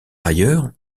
ailleurs